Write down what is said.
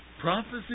prophecy